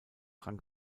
rang